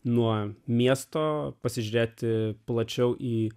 nuo miesto pasižiūrėti plačiau į